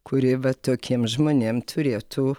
kuri va tokiem žmonėm turėtų